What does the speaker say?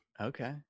Okay